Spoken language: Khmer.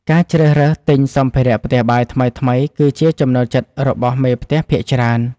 ការជ្រើសរើសទិញសម្ភារៈផ្ទះបាយថ្មីៗ គឺជាចំណូលចិត្តរបស់មេផ្ទះភាគច្រើន។